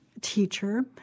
teacher